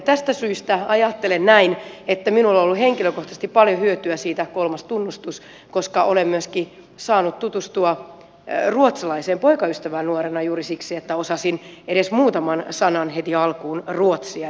tästä syystä ajattelen näin että minulle on ollut henkilökohtaisesti paljon hyötyä ruotsista kolmas tunnustus koska olen myöskin saanut tutustua ruotsalaiseen poikaystävään nuorena juuri siksi että osasin edes muutaman sanan heti alkuun ruotsia